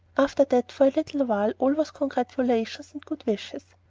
after that for a little while all was congratulations and good wishes.